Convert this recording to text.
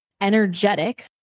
Energetic